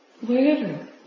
wherever